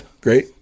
great